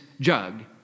jug